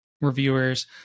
reviewers